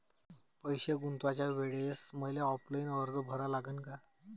पैसे गुंतवाच्या वेळेसं मले ऑफलाईन अर्ज भरा लागन का?